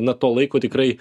na to laiko tikrai